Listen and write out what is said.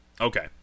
okay